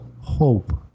hope